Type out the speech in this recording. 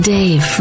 Dave